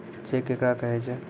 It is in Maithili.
चेक केकरा कहै छै?